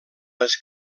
les